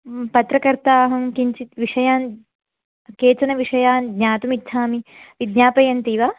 पत्रकर्त्री अहं किञ्चित् विषयान् केचन विषयान् ज्ञातुमिच्छामि विज्ञापयन्ति वा